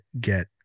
get